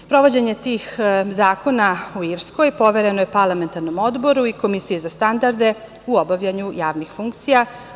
Sprovođenje tih zakona u Irskoj povereno je parlamentarnom odboru i Komisiji za standarde u obavljanju javnih funkcija.